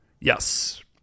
Yes